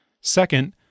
Second